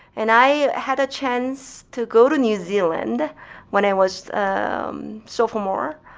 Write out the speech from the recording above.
and i had a chance to go to new zealand when i was ah um sophomore.